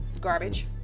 garbage